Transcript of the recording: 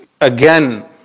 again